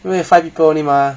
因为 five people only mah